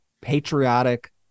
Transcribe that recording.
patriotic